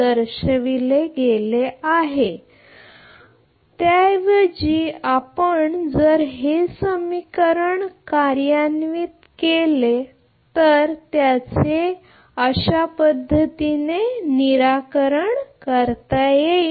आता आपण येथे त्याऐवजी हे समीकरण कार्यान्वित होईल तर जर आपण त्याचे निराकरण केले तर